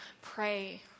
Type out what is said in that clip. pray